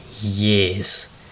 years